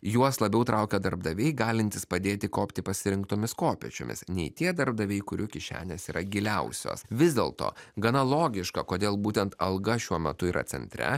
juos labiau traukia darbdaviai galintys padėti kopti pasirinktomis kopėčiomis nei tie darbdaviai kurių kišenės yra giliausios vis dėlto gana logiška kodėl būtent alga šiuo metu yra centre